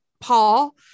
Paul